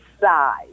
size